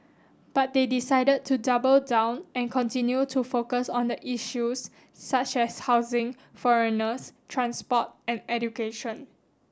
but they decided to double down and continue to focus on the issues such as housing foreigners transport and education